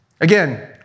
again